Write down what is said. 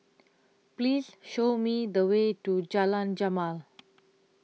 Please Show Me The Way to Jalan Jamal